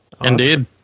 Indeed